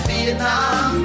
Vietnam